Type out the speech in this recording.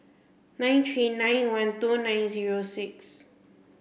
nine three nine one two nine zero six